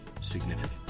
significant